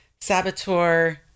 saboteur